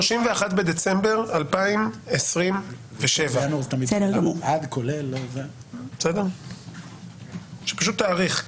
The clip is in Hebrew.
31 בדצמבר 2027. פשוט תאריך.